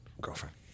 Girlfriend